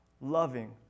loving